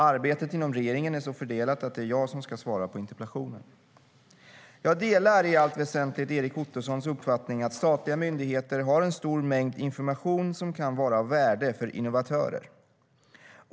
Arbetet inom regeringen är så fördelat att det är jag som ska svara på interpellationen. Jag delar i allt väsentligt Erik Ottosons uppfattning att statliga myndigheter har en stor mängd information som kan vara av värde för innovatörer.